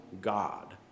God